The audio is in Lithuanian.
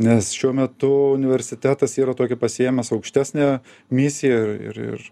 nes šiuo metu universitetas yra tokia pasiėmęs aukštesnę misiją ir